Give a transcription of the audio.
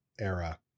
era